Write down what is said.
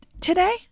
today